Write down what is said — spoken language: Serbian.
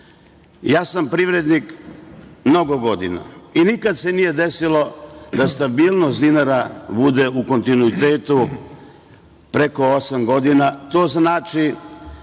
sam privrednik mnogo godina i nikad se nije desilo da stabilnost dinara bude u kontinuitetu preko osam godina.